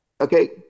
Okay